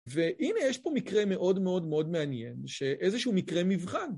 והנה יש פה מקרה מאוד מאוד מאוד מעניין, שאיזשהו מקרה מבחן.